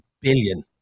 billion